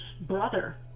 brother